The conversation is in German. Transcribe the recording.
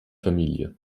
familie